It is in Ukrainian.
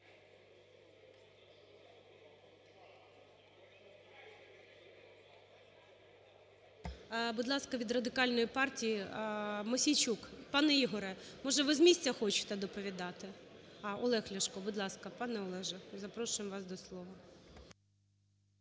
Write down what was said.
Будь ласка, від Радикальної партії Мосійчук. Пане Ігорю, може, ви з місця хочете доповідати? А, Олег Ляшко, будь ласка. Пане Олеже, запрошуємо вас до слова.